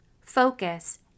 focus